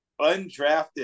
Undrafted